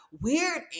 weird